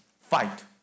fight